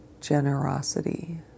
generosity